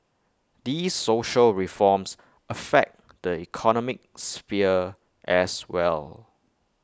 these social reforms affect the economic sphere as well